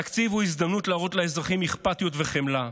התקציב הוא הזדמנות להראות לאזרחים אכפתיות וחמלה,